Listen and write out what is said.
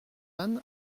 anne